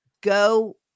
go